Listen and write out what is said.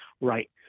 right